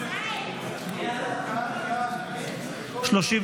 לסעיף 14 בדבר הפחתת תקציב לא נתקבלו.